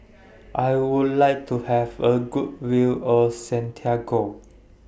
I Would like to Have A Good View of Santiago